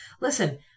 listen